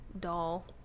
doll